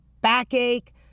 backache